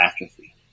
atrophy